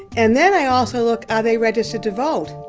and then i also look are they registered to vote?